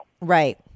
Right